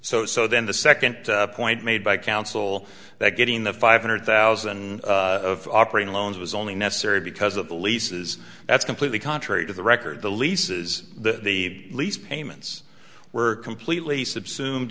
so so then the second point made by counsel that getting the five hundred thousand of operating loans was only necessary because of the leases that's completely contrary to the record the leases that the lease payments were completely subsumed